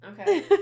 Okay